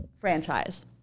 franchise